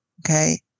okay